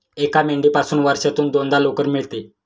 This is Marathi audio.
एका मेंढीपासून वर्षातून दोनदा लोकर मिळते